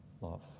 love